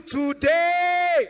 today